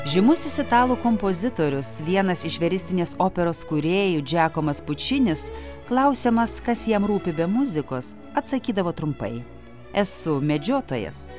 žymusis italų kompozitorius vienas iš veristinės operos kūrėjų džekomas pučinis klausiamas kas jam rūpi be muzikos atsakydavo trumpai esu medžiotojas